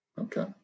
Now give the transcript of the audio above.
Okay